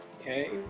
Okay